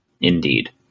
Indeed